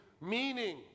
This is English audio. meaning